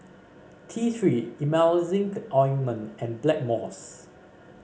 T Three Emulsying Ointment and Blackmores